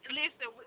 listen